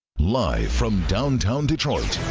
live from downtown detroit,